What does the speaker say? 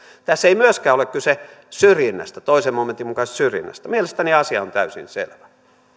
tässä ei myöskään ole kyse toisen momentin mukaisesta syrjinnästä mielestäni asia on täysin selvä